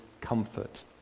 comfort